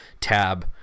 tab